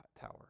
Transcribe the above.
tower